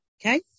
Okay